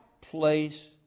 place